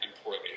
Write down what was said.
poorly